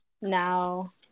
Now